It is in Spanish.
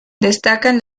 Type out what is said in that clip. destacan